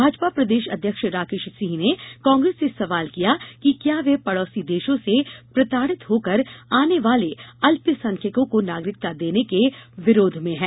भाजपा प्रदेश अध्यक्ष राकेश सिंह ने कांग्रेस से सवाल किया है कि क्या वह पड़ोसी देशों से प्रताड़ित होकर आने वाले अल्पसंख्यकों को नागरिकता देने के विरोध में है